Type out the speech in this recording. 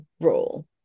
role